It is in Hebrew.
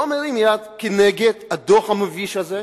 לא מרימה יד כנגד הדוח המביש הזה,